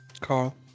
Carl